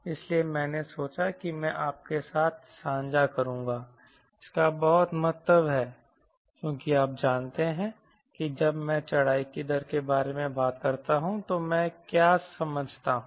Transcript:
इसलिए मैंने सोचा कि मैं आपके साथ साझा करूंगा इसका बहुत महत्व है क्योंकि आप जानते हैं कि जब मैं चढ़ाई की दर के बारे में बात करता हूं तो मैं क्या समझता हूं